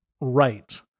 right